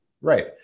right